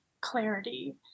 clarity